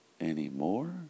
anymore